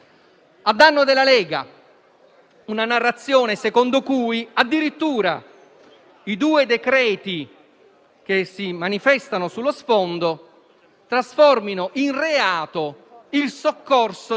il problema riguarda soltanto i migranti economici e vi devo ricordare che riguarda quei migranti che tentano di entrare illegalmente nel nostro Paese.